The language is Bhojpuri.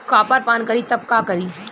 कॉपर पान करी तब का करी?